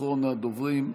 אחרון הדוברים,